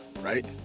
right